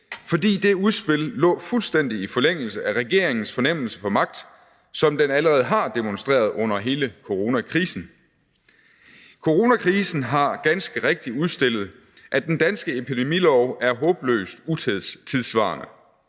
for det udspil lå fuldstændig i forlængelse af regeringens fornemmelse for magt, som den allerede har demonstreret under hele coronakrisen. Coronakrisen har ganske rigtigt udstillet, at den danske epidemilov er håbløst utidssvarende.